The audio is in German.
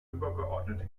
übergeordnete